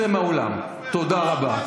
צא מהאולם, תודה רבה.